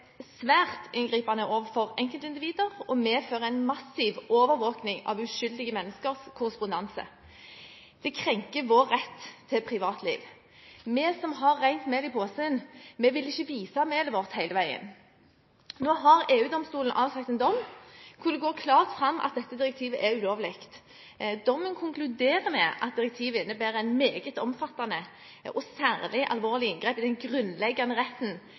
svært inngripende overfor enkeltindivider og medfører en massiv overvåking av uskyldige menneskers korrespondanse. Det krenker vår rett til privatliv. Vi som har rent mel i posen, vil ikke vise melet vårt hele veien. Nå har EU-domstolen avsagt en dom der det går klart fram at dette direktivet er ulovlig. Dommen konkluderer med at direktivet innebærer et meget omfattende og særlig alvorlig inngrep i den grunnleggende retten